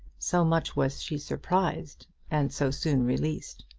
so much was she surprised and so soon released.